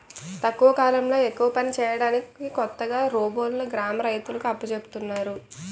తక్కువ కాలంలో ఎక్కువ పని చేయడానికి కొత్తగా రోబోలును గ్రామ రైతులకు అప్పజెపుతున్నారు